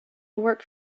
work